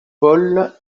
paule